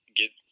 get